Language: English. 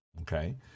Okay